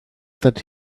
that